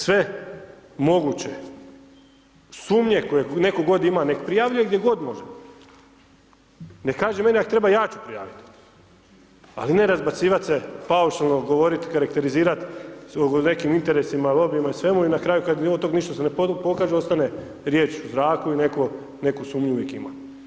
Sve moguće sumnje koje neko god ima nek prijavljuje gdje god može, nek kaže meni ja ću prijavit, ali ne razbacivat se, paušalno govorit, karakterizirat o nekim interesima, lobijima i svemu i na kraju kad od tog ništa se ne pokaže ostaje riječ u zraku i neko neku sumnju uvijek ima.